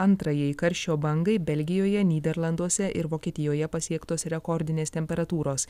antrajai karščio bangai belgijoje nyderlanduose ir vokietijoje pasiektos rekordinės temperatūros